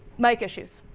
mic issues.